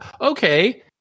Okay